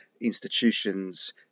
institutions